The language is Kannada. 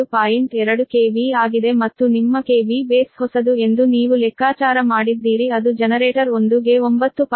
2 KV ಆಗಿದೆ ಮತ್ತು ನಿಮ್ಮ KV ಬೇಸ್ ಹೊಸದು ಎಂದು ನೀವು ಲೆಕ್ಕಾಚಾರ ಮಾಡಿದ್ದೀರಿ ಅದು ಜನರೇಟರ್ 1 ಗೆ 9